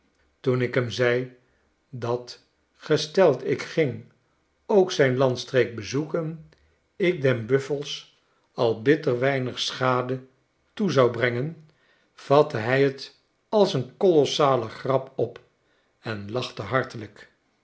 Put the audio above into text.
toen ik hem zei dat gesteld ik ging ook zyn landstreek bezoeken ik den buffels al bitter weinig schade toe zou brengen vatte hij het als een kolossale grap op en lachte hartelijk